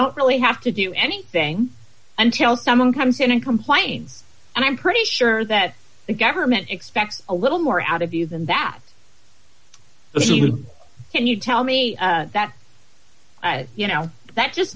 don't really have to do anything until someone comes in and complains and i'm pretty sure that the government expects a little more out of you than that if you can you tell me that you know that just